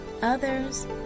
Others